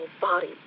body